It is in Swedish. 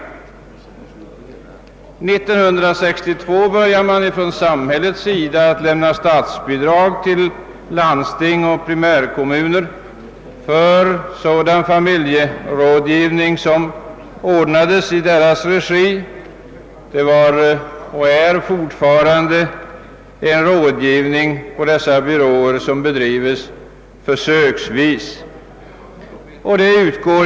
År 1962 beslöts att lämna statliga bidrag till landsting och primärkommuner för sådan familjerådgivning som ordnades i dessas regi. Fortfarande bedrivs rådgivning på dessa byråer endast försöksvis.